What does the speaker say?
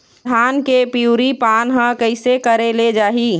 धान के पिवरी पान हर कइसे करेले जाही?